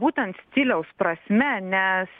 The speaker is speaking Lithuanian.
būtent stiliaus prasme nes